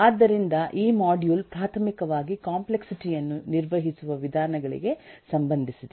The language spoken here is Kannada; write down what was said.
ಆದ್ದರಿಂದ ಈ ಮಾಡ್ಯೂಲ್ ಪ್ರಾಥಮಿಕವಾಗಿ ಕಾಂಪ್ಲೆಕ್ಸಿಟಿ ಯನ್ನು ನಿರ್ವಹಿಸುವ ವಿಧಾನಗಳಿಗೆ ಸಂಬಂಧಿಸಿದೆ